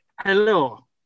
Hello